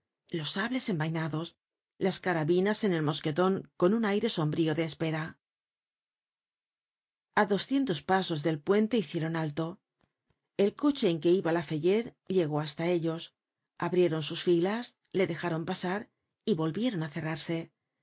los sables envainados las carabinas en el mosqueton con un aire sombrío de espera content from google book search generated at a doscientos pasos del puente hicieron alto el coche en que iba lafayette llegó hasta ellos abrieron sus filas le dejaron pasar y volvieron á cerrarse